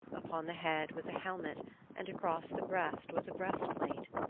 upon the head was a helmet and across the breast was a breastplate.